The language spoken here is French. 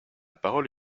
parole